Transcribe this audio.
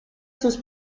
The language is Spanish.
sus